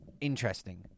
interesting